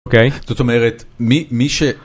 אוקיי. זאת אומרת, מי, מי ש...